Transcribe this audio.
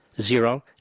Zero